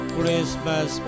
Christmas